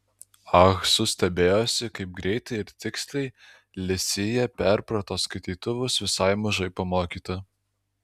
ah su stebėjosi kaip greitai ir tiksliai li sija perprato skaitytuvus visai mažai pamokyta